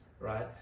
right